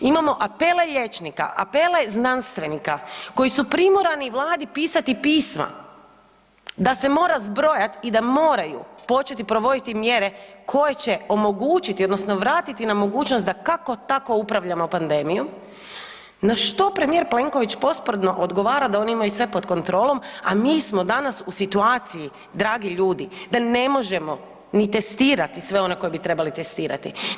Imamo apele liječnika, apele znanstvenika koji su primorani Vladi pisati pisma da se mora zbrojat i da moraju početi provoditi mjere koje će omogućiti odnosno vratiti nam mogućnost da kako tako upravljamo pandemijom na što premijer Plenković posprdno odgovara da oni imaju sve pod kontrolom, a mi smo danas u situaciji dragi ljudi da ne možemo ni testirati sve one koji bi trebali testirati.